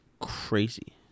crazy